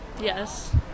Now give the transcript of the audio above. Yes